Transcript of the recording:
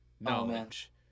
Knowledge